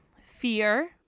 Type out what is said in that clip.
fear